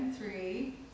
three